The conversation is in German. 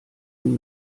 und